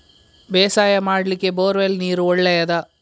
ಬೇಸಾಯ ಮಾಡ್ಲಿಕ್ಕೆ bore well ನೀರು ಒಳ್ಳೆಯದಾ?